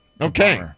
Okay